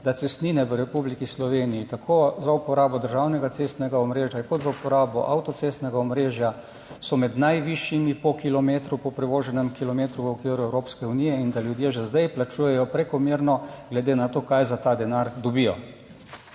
da cestnine v Republiki Sloveniji tako za uporabo državnega cestnega omrežja kot za uporabo avtocestnega omrežja so med najvišjimi po kilometru, po prevoženem kilometru v okviru Evropske unije in da ljudje že zdaj plačujejo prekomerno glede na to, kaj za ta denar dobijo.